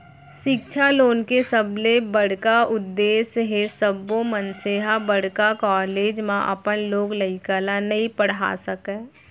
सिक्छा लोन के सबले बड़का उद्देस हे सब्बो मनसे ह बड़का कॉलेज म अपन लोग लइका ल नइ पड़हा सकय